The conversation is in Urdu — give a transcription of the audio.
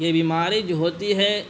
یہ بیماری جو ہوتی ہے